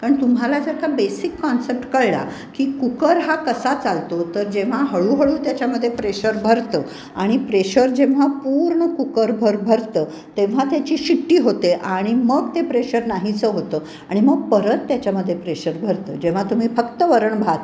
पण तुम्हाला जर का बेसिक कॉन्सेप्ट कळला की कुकर हा कसा चालतो तर जेव्हा हळूहळू त्याच्यामध्ये प्रेशर भरतं आणि प्रेशर जेव्हा पूर्ण कुकर भर भरतं तेव्हा त्याची शिट्टी होते आणि मग ते प्रेशर नाहीसं होतं आणि मग परत त्याच्यामध्ये प्रेशर भरतं जेव्हा तुम्ही फक्त वरण भात